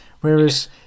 Whereas